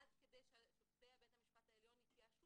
עד כדי ששופטי בית המשפט העליון התייאשו